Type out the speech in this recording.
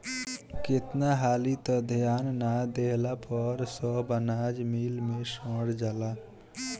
केतना हाली त ध्यान ना देहला पर सब अनाज मिल मे सड़ जाला